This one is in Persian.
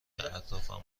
اطرافمو